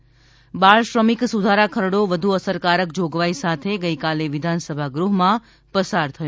ત બાળ શ્રમિક સુધારા ખરડો વધુ અસરકારક જોગવાઈ સાથે ગઈકાલે વિધાનસભા ગૃહમાં પસાર થયો